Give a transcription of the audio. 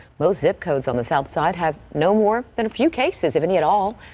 most zip codes on the south side have no more than a few cases of any at all.